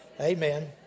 Amen